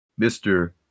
Mr